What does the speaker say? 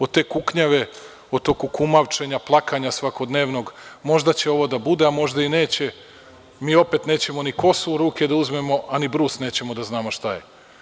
Od te kuknjave, od tog kukumavčenja, plakanja svakodnevnog, možda će ovo da bude, a možda i neće, mi opet nećemo ni kosu u ruke da uzmemo, a ni brus nećemo da znamo šta je.